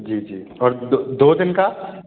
जी जी और दो दो दिन का